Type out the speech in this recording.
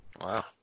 Wow